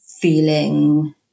feeling